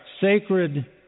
sacred